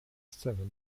seven